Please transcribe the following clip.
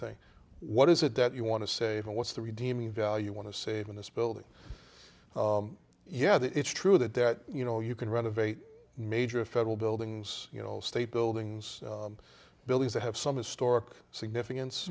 thing what is it that you want to save and what's the redeeming value want to save in this building yeah that it's true that that you know you can renovate major federal buildings you know state buildings buildings that have some historic significance